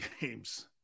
games